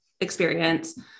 experience